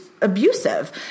abusive